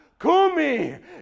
kumi